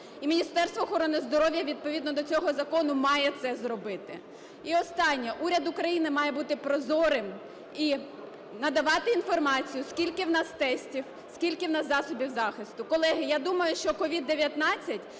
І Міністерство охорони здоров'я відповідно до цього закону має це зробити. І останнє, уряд України має бути прозорим і надавати інформацію, скільки у нас тестів, скільки у нас засобів захисту. Колеги, я думаю, що COVID-19